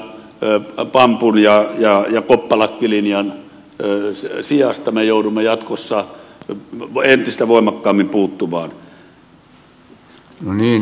eu tapaan puluja ja jopa pampun ja koppalakkilinjan sijasta me joudumme jatkossa entistä voimakkaammin puuttumaan